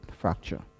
fracture